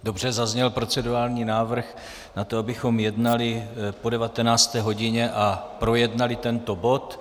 Dobře, zazněl procedurální návrh na to, abychom jednali po 19. hodině a projednali tento bod.